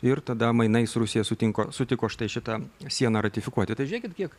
ir tada mainais rusija sutinka sutiko štai šitą sieną ratifikuoti tai žiūrėkit kiek